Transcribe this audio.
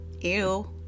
Ew